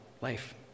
Life